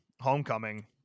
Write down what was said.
homecoming